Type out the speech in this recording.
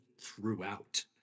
throughout